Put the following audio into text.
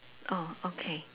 oh okay